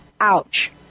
Ouch